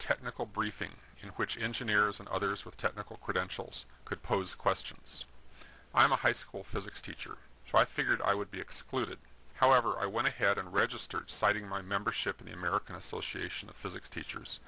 technical briefing in which engineers and others with technical credentials could pose questions i'm a high school physics teacher tried figured i would be excluded however i went ahead and registered citing my membership of the american association of physics teachers